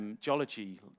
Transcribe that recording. geology